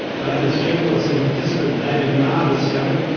but as journalist and participant david marr discovered,